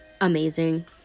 amazing